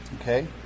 okay